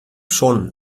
schon